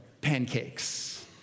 pancakes